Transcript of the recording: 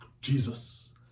Jesus